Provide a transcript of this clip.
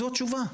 זו התשובה.